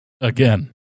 Again